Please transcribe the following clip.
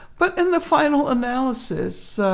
but in the final analysis,